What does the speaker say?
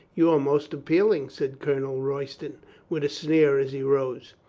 you are most appealing, said colonel royston with a sneer as he rose.